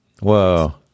Whoa